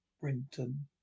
Brinton